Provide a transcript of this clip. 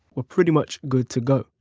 we're pretty much good to go.